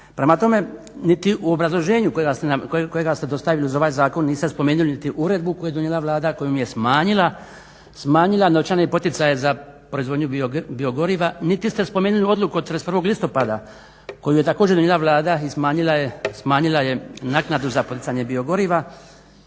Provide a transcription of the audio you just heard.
Prema tome, niti u obrazloženju kojega ste dostavili uz ovaj zakon niste spomenuli niti uredbu koju je donijela Vlada kojim je smanjila novčane poticaje za proizvodnju biogoriva, niti ste spomenuli odluku od 31. listopada koju je također donijela Vlada i smanjila je naknadu za poticanje biogoriva